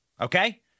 Okay